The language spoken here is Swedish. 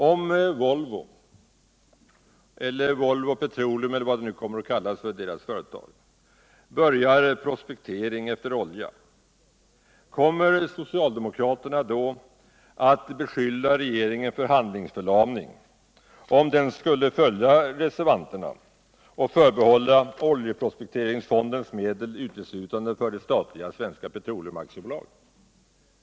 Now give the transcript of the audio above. Om Volvo - eller Volvo Petroleum, eller vad töretaget nu kommer att kallas — börjar prospektering efter olja, kommer socialdemokraterna då att beskylla regeringen för handlingsförlamning, om den skulle följa reservanternas förslag och förbehålla oljeprospekteringsfondens medel utestutande för det statliga Svenska Petrolkum AB?